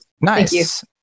Nice